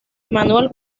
manuel